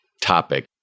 topic